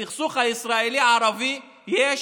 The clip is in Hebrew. לסכסוך הישראלי ערבי יש